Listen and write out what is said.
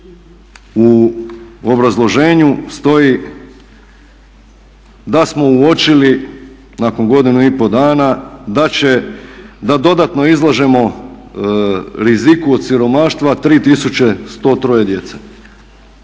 u obrazloženju stoji da smo uočili nakon godinu i pol dana da dodatno izlažemo riziku od siromaštva 3.103 djece,